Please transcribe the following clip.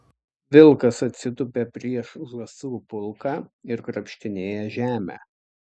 vilkas atsitupia prieš žąsų pulką ir krapštinėja žemę